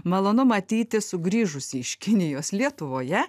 malonu matyti sugrįžusį iš kinijos lietuvoje